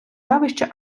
явища